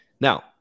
Now